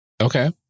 Okay